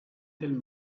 telle